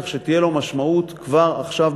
כך שתהיה לו משמעות כבר עכשיו,